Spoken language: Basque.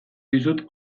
dizut